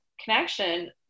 connection